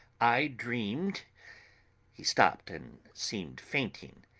i dreamed he stopped and seemed fainting,